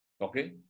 Okay